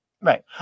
right